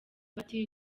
party